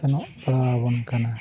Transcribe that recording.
ᱥᱮᱱᱚᱜ ᱯᱟᱲᱟᱣᱟᱵᱚᱱ ᱠᱟᱱᱟ